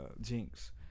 Jinx